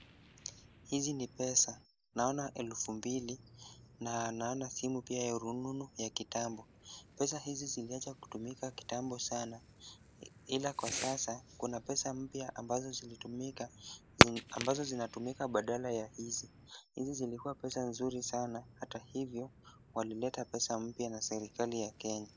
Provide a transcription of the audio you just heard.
Hizi ni pesa. Naona elfu mbili na naona simu pia ya rununu ya kitambo. Pesa hizi ziliacha kutumika kitambo sana ila kwa sasa kuna pesa mpya ambazo zinatumika badala ya hizi. Hizi zilikuwa pesa nzuri sana, hata hivyo walileta pesa mpya na serikali ya Kenya.